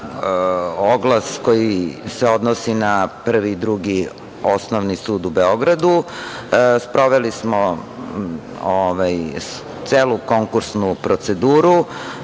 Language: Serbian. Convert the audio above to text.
oglas koji se odnosi na Prvi i Drugi osnovni sud u Beogradu. Sproveli smo celu konkursnu proceduru,